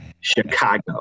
Chicago